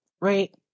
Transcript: right